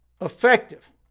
effective